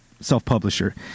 self-publisher